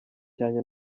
cyane